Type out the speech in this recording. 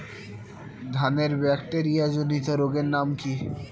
ধানের ব্যাকটেরিয়া জনিত রোগের নাম কি?